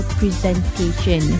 presentation